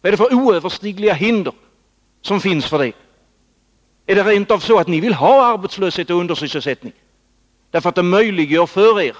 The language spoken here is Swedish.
Vad är det för oöverstigliga hinder som finns för detta? Är det rent av så, att ni vill ha arbetslöshet och undersysselsättning, därför att det möjliggör för er